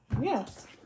Yes